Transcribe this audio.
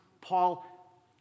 paul